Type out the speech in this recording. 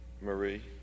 Marie